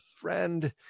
friend